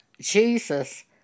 Jesus